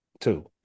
Two